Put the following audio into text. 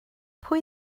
pwy